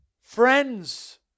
friends